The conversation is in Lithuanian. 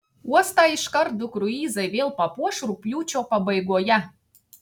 uostą iškart du kruizai vėl papuoš rugpjūčio pabaigoje